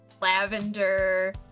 lavender